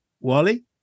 Wally